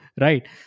right